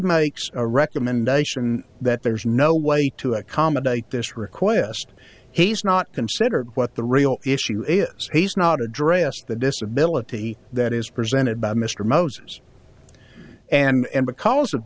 makes a recommendation that there's no way to accommodate this request he's not considered what the real issue is he's not addressed the disability that is presented by mr moses and because of